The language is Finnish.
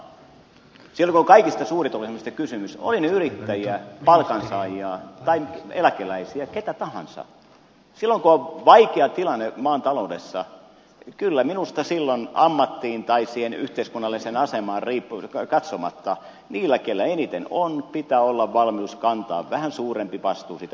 silloin kun on kaikesta suurituloisimmista kysymys olivat he yrittäjiä palkansaajia tai eläkeläisiä ketä tahansa silloin kun on vaikea tilanne maan taloudessa kyllä minusta silloin ammattiin tai siihen yhteiskunnalliseen asemaan katsomatta niillä kenellä eniten on pitää olla valmius kantaa vähän suurempi vastuu siitä yhteisestä taakasta